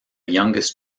youngest